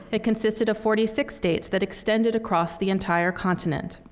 it consisted of forty six states that extended across the entire continent.